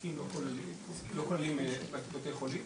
עוסקים לא כוללים בתי חולים.